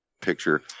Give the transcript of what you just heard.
picture